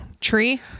tree